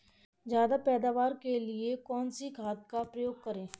ज्यादा पैदावार के लिए कौन सी खाद का प्रयोग करें?